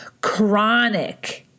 chronic